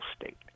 state